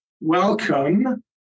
welcome